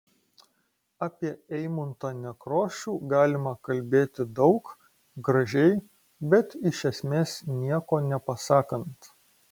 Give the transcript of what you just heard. apie eimuntą nekrošių galima kalbėti daug gražiai bet iš esmės nieko nepasakant